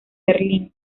berlín